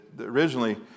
originally